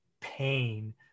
pain